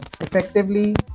effectively